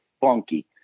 funky